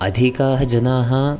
अधिकाः जनाः